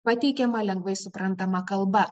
pateikiama lengvai suprantama kalba